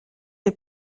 est